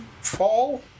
fall